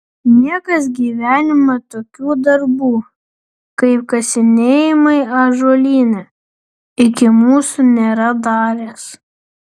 niekas gyvenime tokių darbų kaip kasinėjimai ąžuolyne iki mūsų nėra daręs